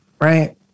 right